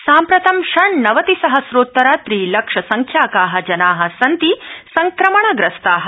साम्प्रतं षण्नवति सहम्रोत्तर त्रि लक्ष संख्याका जना सन्ति संक्रमणग्रस्ता